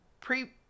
pre-